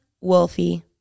Wolfie